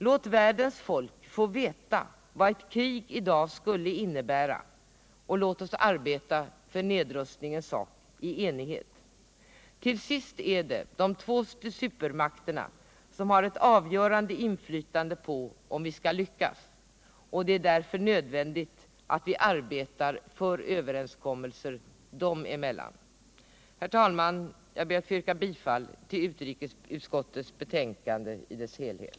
Låt världens folk få veta vad ett krig i dag skulle innebära och låt oss arbeta för nedrustningens sak i enighet! Till sist är det de två supermakterna som har ett avgörande inflytande på om vi skall lyckas, och det är därför nödvändigt att vi arbetar för överenskommelser dem emellan. Herr talman! Jag ber att få yrka bifall till utrikesutskottets hemställan i dess helhet.